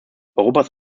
europas